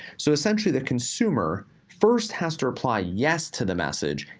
so essentially, the consumer first has to reply yes to the message,